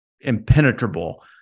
impenetrable